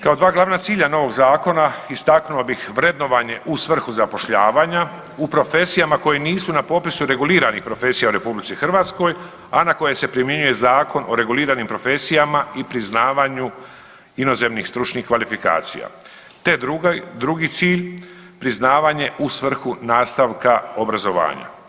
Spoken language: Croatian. Kao 2 glavna cilja novog zakona istaknuo bih vrednovanje u svrhu zapošljavanja u profesijama koje nisu na popisu reguliranih profesija u RH, a na koje se primjenjuje Zakon o reguliranim profesijama i priznavanju inozemnih stručnih kvalifikacija te drugi cilj, priznavanje u svrhu nastavka obrazovanja.